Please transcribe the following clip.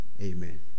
Amen